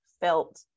felt